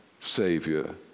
Savior